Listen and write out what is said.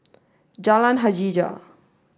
Jalan Hajijah